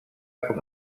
com